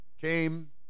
came